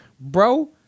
bro